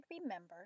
remember